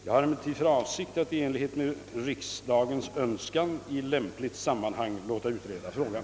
Jag har emellertid för avsikt att i enlighet med riksdagens önskan i lämpligt sammanhang låta utreda frågan.